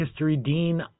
HistoryDean